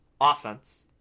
offense